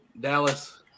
Dallas